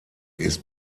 ist